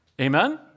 Amen